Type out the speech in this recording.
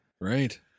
Right